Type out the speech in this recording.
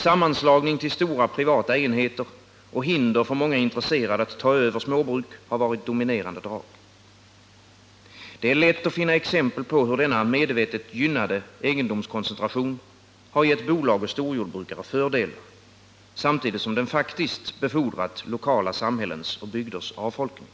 Sammanslagning till stora privata enheter och hinder för många intresserade att ta över småbruk har varit dominerande drag. Det är lätt att finna exempel på hur denna medvetet gynnade egendomskoncentration gett bolag och storjordbrukare fördelar, samtidigt som den faktiskt befordrat lokala samhällens och bygders avfolkning.